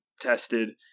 tested